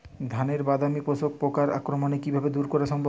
ধানের বাদামি শোষক পোকার আক্রমণকে কিভাবে দূরে করা সম্ভব?